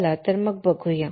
चला तर मग बघूया